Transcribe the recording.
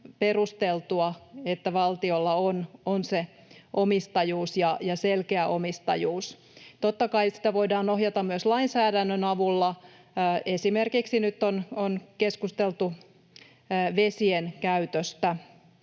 perusteltua, että valtiolla on se omistajuus, ja selkeä omistajuus. Totta kai sitä voidaan ohjata myös lainsäädännön avulla — esimerkiksi nyt on keskusteltu vesien käytöstä